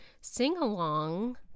sing-along